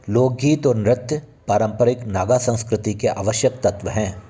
लोक गीत और नृत्य पारंपरिक नागा संस्कृति के आवश्यक तत्व हैं